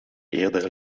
eerder